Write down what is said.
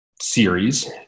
series